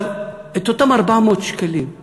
אבל את אותם 400 שקלים,